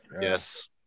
Yes